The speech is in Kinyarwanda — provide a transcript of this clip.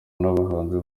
n’abahanzi